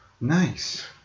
Nice